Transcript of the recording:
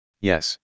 yes